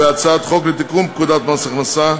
התשע"ו 2016,